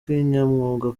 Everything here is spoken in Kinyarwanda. kinyamwuga